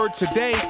Today